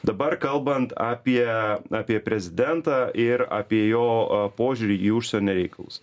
dabar kalbant apie apie prezidentą ir apie jo požiūrį į užsienio reikalus